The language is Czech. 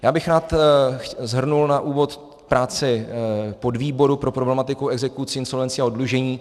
Já bych rád shrnul na úvod práci podvýboru pro problematiku exekucí, insolvencí a oddlužení.